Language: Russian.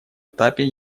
этапе